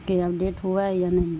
کہ اپڈیٹ ہوا ہے یا نہیں